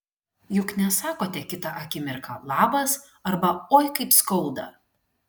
juk nesakote kitą akimirką labas arba oi kaip skauda